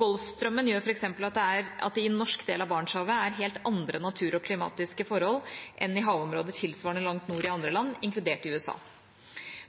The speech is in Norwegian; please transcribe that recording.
Golfstrømmen gjør f.eks. at det i norsk del av Barentshavet er helt andre naturforhold og klimatiske forhold enn i havområder tilsvarende langt nord i andre land, inkludert i USA.